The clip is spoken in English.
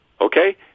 Okay